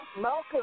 Malcolm